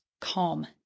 calm